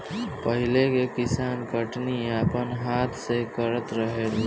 पहिले के किसान कटनी अपना हाथ से करत रहलेन